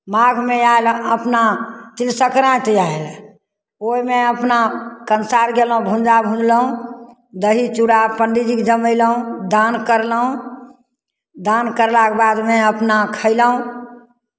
माघमे आयल अपना तिल सङ्क्रान्ति आयल ओहिमे अपना कन्सार गयलहुँ भूजा भुजलहुँ दही चूड़ा पण्डीजीकेँ जमयलहुँ दान करलहुँ दान करलाके बादमे अपना खयलहुँ